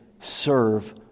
Serve